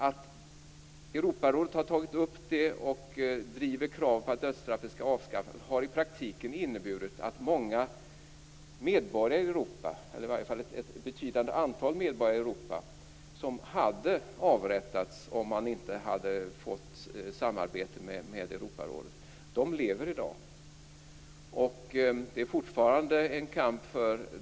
Att Europarådet driver krav på att dödsstraffet skall avskaffas har i praktiken inneburit att ett betydande antal medborgare i Europa som skulle ha avrättats, om inte deras hemland hade börjat samarbeta med Europarådet, i dag lever. Det är fortfarande en kamp.